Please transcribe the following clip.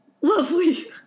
lovely